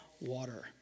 water